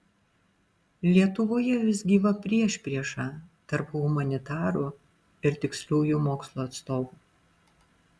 lietuvoje vis gyva priešprieša tarp humanitarų ir tiksliųjų mokslų atstovų